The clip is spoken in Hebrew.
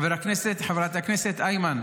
חברת הכנסת איימן,